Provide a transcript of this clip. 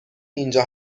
اینجا